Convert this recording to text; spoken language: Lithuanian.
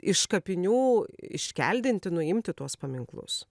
iš kapinių iškeldinti nuimti tuos paminklus